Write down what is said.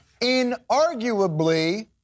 inarguably